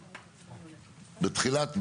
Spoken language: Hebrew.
בתחילת,